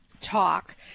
talk